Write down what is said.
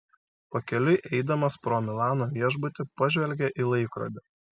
pakeliui eidamas pro milano viešbutį pažvelgė į laikrodį